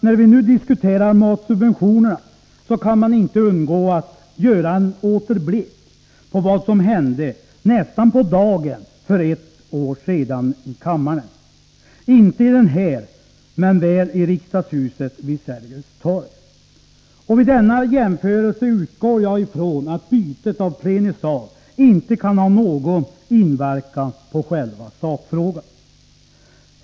När vi nu diskuterar matsubventionerna, kan jag inte undgå att göra en återblick på vad som hände nästan på dagen för ett år sedan i kammaren —inte i den här men väl i riksdagshuset vid Sergels torg. Vid denna jämförelse utgår jag från att bytet av plenisal inte kan ha någon inverkan på själva sakfrågan.